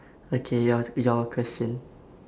okay your your question